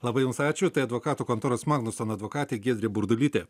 labai jums ačiū tai advokatų kontoros magnusson advokatė giedrė burdulytė